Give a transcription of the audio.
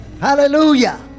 Hallelujah